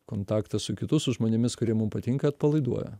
kontaktas su kitu su žmonėmis kurie mum patinka atpalaiduoja